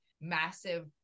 massive